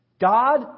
God